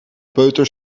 peuter